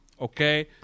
Okay